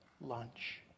lunch